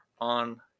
on